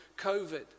COVID